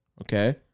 okay